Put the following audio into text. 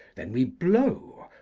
then we blow,